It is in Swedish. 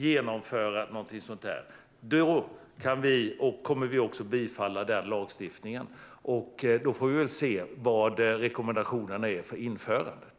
I så fall kommer vi att bifalla ett förslag till en sådan lagstiftning. Då får vi också se vad rekommendationerna är för införandet.